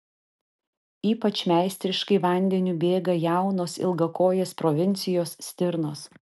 ypač meistriškai vandeniu bėga jaunos ilgakojės provincijos stirnos